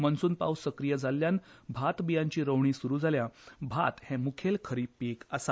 मॉन्सून पावस सक्रीय जाल्ल्यान भातबियांची रोवणी सुरू जाल्या आनी भात हें मुखेल खरीप पीक आसा